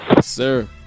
sir